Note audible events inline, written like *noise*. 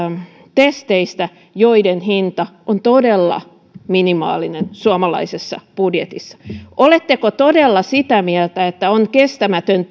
testeistä joiden hinta on todella minimaalinen suomalaisessa budjetissa oletteko todella sitä mieltä että on kestämätön *unintelligible*